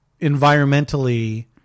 environmentally